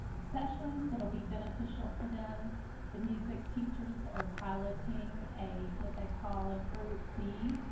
sessions that will be beneficial for them the music teachers are piloting a what they call a group b